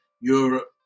Europe